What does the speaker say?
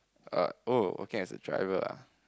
err oh working as a driver ah